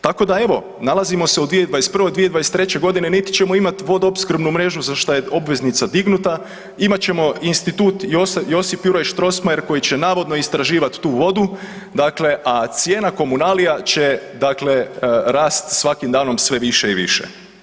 Tako da evo, nalazimo se u 2021., u 2023.g. niti ćemo imat vodoopskrbnu mrežu za šta je obveznica dignuta, imat ćemo institut „Josip Juraj Strossmayer“ koji će navodno istraživat tu vodu dakle, a cijena komunalija će dakle rast svakim danom sve više i više.